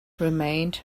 remained